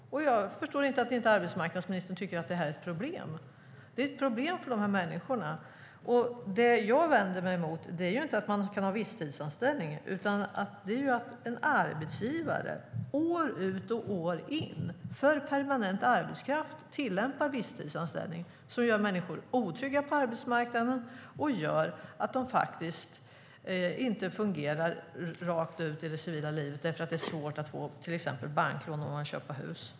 Jag förstår inte att arbetsmarknadsministern inte tycker att det är ett problem. Det är ett problem för de här människorna. Det som jag vänder mig mot är inte att man kan ha visstidsanställning. Jag vänder mig mot att en arbetsgivare år ut och år in tillämpar visstidsanställning för permanent arbetskraft. Det gör människor otrygga på arbetsmarknaden och gör att de faktiskt inte fungerar fullt ut i det civila livet eftersom det är svårt att få till exempel banklån om man vill köpa hus.